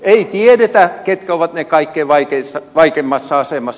ei tiedetä ketkä ovat kaikkein vaikeimmassa asemassa